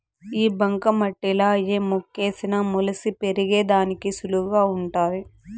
ఈ బంక మట్టిలా ఏ మొక్కేసిన మొలిసి పెరిగేదానికి సులువుగా వుంటాది